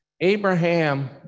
Abraham